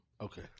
Okay